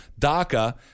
daca